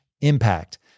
impact